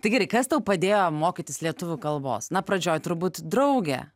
tai gerai kas tau padėjo mokytis lietuvių kalbos na pradžioj turbūt draugė